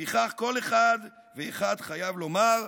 לפיכך כל אחד ואחד חייב לומר,